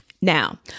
Now